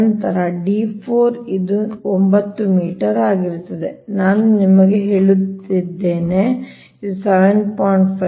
ನಂತರ d4 ಇದು 9 metre ಆಗಿರುತ್ತದೆ ನಾನು ನಿಮಗೆ ಹೇಳುತ್ತಿದ್ದೇನೆ ಇದು 7